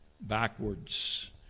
backwards